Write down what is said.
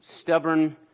stubborn